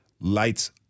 Light's